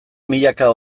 milaka